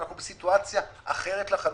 אנחנו בסיטואציה אחרת לחלוטין,